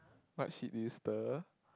what shit did you stir